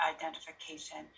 identification